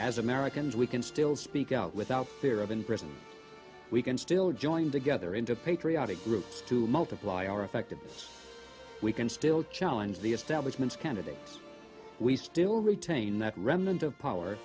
as americans we can still speak out without fear of in prison we can still join together into patriotic groups to multiply our effectiveness we can still challenge the establishment candidates we still retain that remnant of power